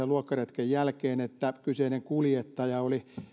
luokkaretken jälkeen siinä mielessä että kyseinen kuljettaja oli